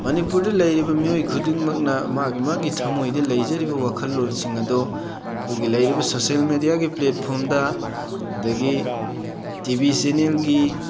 ꯃꯅꯤꯄꯨꯔꯗ ꯂꯩꯔꯤꯕ ꯃꯤꯑꯣꯏ ꯈꯨꯗꯤꯡꯃꯛꯅ ꯃꯥꯒꯤ ꯃꯥꯒꯤ ꯊꯃꯣꯏꯗ ꯂꯩꯖꯔꯤꯕ ꯋꯥꯈꯜꯂꯣꯟꯁꯤꯡ ꯑꯗꯣ ꯑꯩꯈꯣꯏꯒꯤ ꯂꯩꯔꯤꯕ ꯁꯣꯁꯦꯜ ꯃꯦꯗꯤꯌꯥꯒꯤ ꯄ꯭ꯂꯦꯠꯐꯣꯝꯗ ꯑꯗꯒꯤ ꯇꯤꯚꯤ ꯆꯦꯅꯦꯜꯒꯤ